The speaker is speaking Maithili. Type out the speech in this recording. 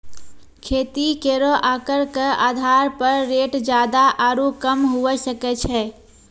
खेती केरो आकर क आधार पर रेट जादा आरु कम हुऐ सकै छै